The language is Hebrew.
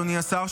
אדוני השר,